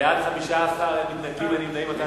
בעד, 15, אין מתנגדים ואין נמנעים.